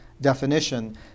definition